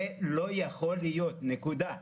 זה לא יכול להיות, נקודה.